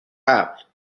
قبل